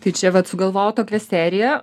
tai čia vat sugalvojau tokią seriją